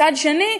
מצד שני,